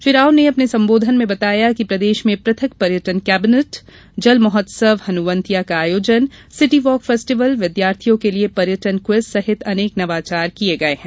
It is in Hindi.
श्री राव ने अपने संबोधन में बताया कि प्रदेश में पृथक पर्यटन केबीनेट जल महोत्सव हनुवंतिया का आयोजन सिटी वॉक फेस्टिवल विद्यार्थियों के लिए पर्यटन क्विज सहित अनेक नवाचार किए गए हैं